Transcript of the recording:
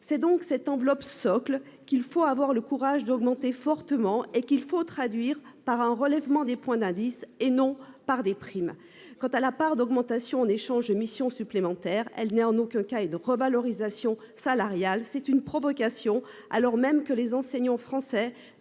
C'est donc cette enveloppe socle qu'il faut avoir le courage d'augmenter fortement et qu'il faut traduire par un relèvement des points d'indice et non par des primes. Quant à la part d'augmentation en échange de missions supplémentaires, elle n'est en aucun cas et de revalorisation salariale. C'est une provocation alors même que les enseignants français